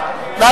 נא